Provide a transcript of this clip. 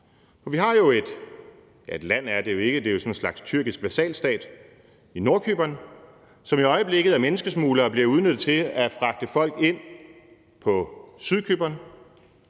for vi har jo – ja, et land er det jo ikke; det er jo sådan en slags tyrkisk vasalstat – Nordcypern, som i øjeblikket af menneskesmuglere bliver udnyttet til at fragte folk ind på Sydcypern,